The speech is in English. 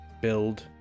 build